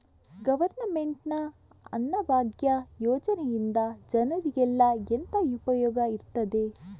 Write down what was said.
Government ನ ಅನ್ನಭಾಗ್ಯ ಯೋಜನೆಯಿಂದ ಜನರಿಗೆಲ್ಲ ಎಂತ ಉಪಯೋಗ ಇರ್ತದೆ?